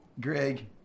Greg